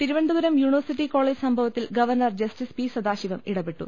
Thiruvananthapuram university college സംഭവത്തിൽ governor justice P Sadasivam ഇടപെട്ടു